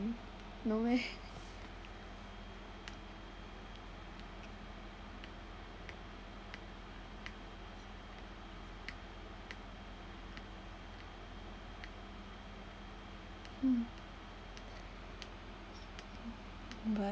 no meh mm but